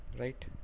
Right